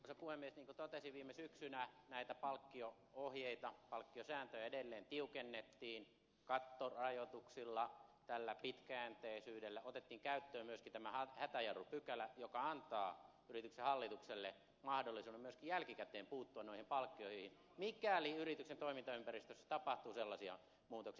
niin kuin totesin viime syksynä näitä palkkiosääntöjä edelleen tiukennettiin kattorajoituksilla tällä pitkäjänteisyydellä otettiin käyttöön myöskin tämä hätäjarrupykälä joka antaa yrityksen hallitukselle mahdollisuuden myöskin jälkikäteen puuttua noihin palkkioihin mikäli yrityksen toimintaympäristössä tapahtuu sellaisia muutoksia